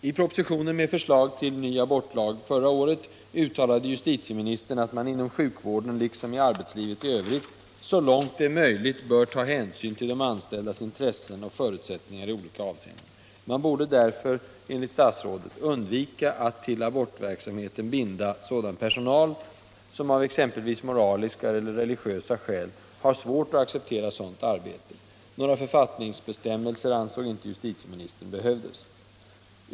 I propositionen med förslag till ny abortlag förra året uttalade justitieministern att man inom sjukvården, liksom i arbetslivet i övrigt, så långt det är möjligt bör ta hänsyn till de anställdas intressen och förutsättningar i olika avseenden. Man borde därför, enligt statsrådet, undvika att till abortverksamheten binda sådan personal som av exempelvis moraliska eller religiösa skäl har svårt att acceptera sådant arbete. Några författningsbestämmelser ansåg inte justitieministern behövdes.